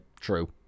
true